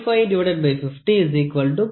அந்த பந்தின் விட்டம் 2 X 0